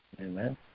Amen